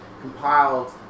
compiled